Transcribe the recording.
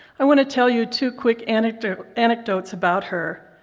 i want to tell you two quick anecdotes anecdotes about her.